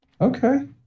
Okay